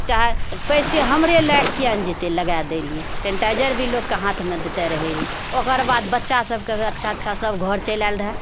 चाहे पैसे हमरे लागि किआ नहि जेतै लगाइ देइ रहि सैनिटाइजर भी लोककेँ हाथमे दैते रहैत रहि ओकर बाद बच्चा सभकेँ अच्छा अच्छा सभ घर चलि आएल रहए